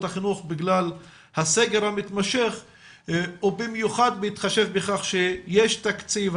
החינוך בגלל הסגר המתמשך או במיוחד בהתחשב בכך שיש תקציב,